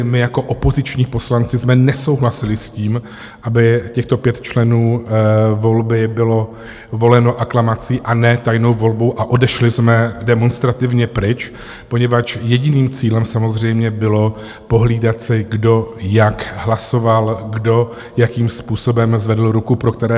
My jako opoziční poslanci jsme nesouhlasili s tím, aby těchto pět členů volby bylo voleno aklamací a ne tajnou volbou, a odešli jsme demonstrativně pryč, poněvadž jediným cílem samozřejmě bylo pohlídat si, kdo jak hlasoval, kdo jakým způsobem zvedl ruku pro kterého kandidáta.